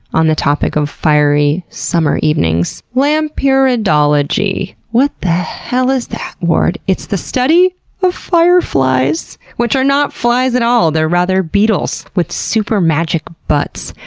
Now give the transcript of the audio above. on the topic of fiery summer evenings lampyridology. what the hell is that, ward? it's the study of fireflies! which are not flies at all, but rather beetles with super magic butts.